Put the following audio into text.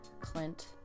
Clint